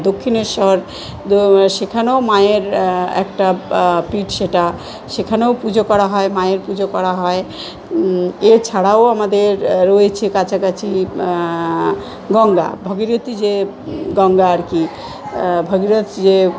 দক্ষিণেশ্বর সেখানেও মায়ের একটা পীঠ সেটা সেখানেও পুজো করা হয় মায়ের পুজো করা হয় এছাড়াও আমাদের রয়েছে কাছাকাছি গঙ্গা ভাগীরথী যে গঙ্গা আর কি ভগীরথ যে